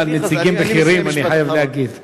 נציגים בכירים, אני חייב להגיד.